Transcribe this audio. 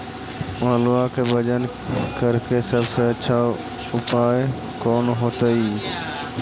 आलुआ के वजन करेके सबसे अच्छा उपाय कौन होतई?